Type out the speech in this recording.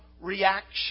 reaction